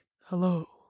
hello